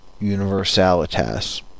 universalitas